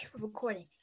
Recording